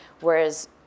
whereas